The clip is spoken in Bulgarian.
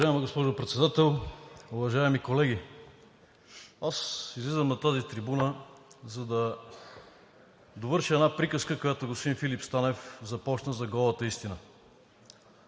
Уважаема госпожо Председател, уважаеми колеги! Аз излизам на тази трибуна, за да довърша една приказка, която господин Филип Станев започна – за голата истина.